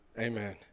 Amen